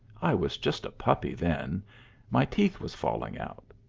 i was just a puppy then my teeth was falling out.